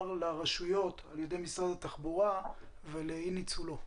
לרשויות על ידי משרד התחבורה ולאי ניצולו.